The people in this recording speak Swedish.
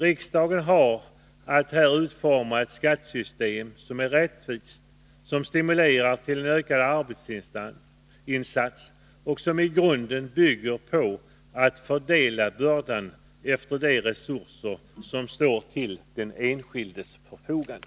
Riksdagen har här att utforma ett skattesystem som är rättvist, som stimulerar till ökade arbetsinsatser och som i grunden bygger på att fördela bördan efter de resurser som står till den enskildes förfogande.